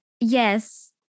Yes